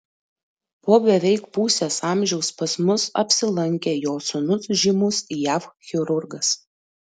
po beveik pusės amžiaus pas mus apsilankė jo sūnus žymus jav chirurgas